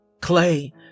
Clay